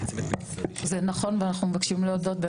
זה נכון ואנחנו מבקשים להודות.